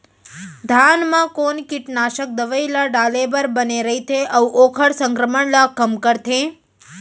धान म कोन कीटनाशक दवई ल डाले बर बने रइथे, अऊ ओखर संक्रमण ल कम करथें?